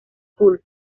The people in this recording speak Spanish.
school